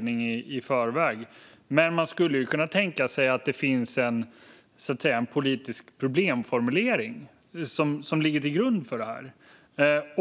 denna utredning. Men man skulle kunna tänka sig att det finns en politisk problemformulering som ligger till grund för detta.